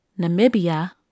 Namibia